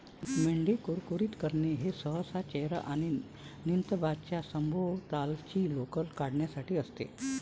मेंढी कुरकुरीत करणे हे सहसा चेहरा आणि नितंबांच्या सभोवतालची लोकर काढण्यासाठी असते